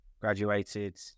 graduated